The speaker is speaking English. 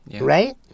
Right